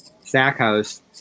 Stackhouse